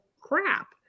crap